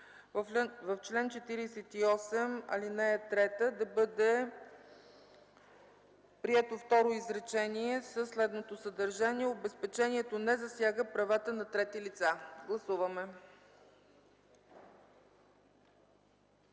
в чл. 48, ал. 3 да бъде прието второ изречение със следното съдържание: „Обезпечението не засяга правата на трети лица”. Гласували